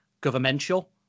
governmental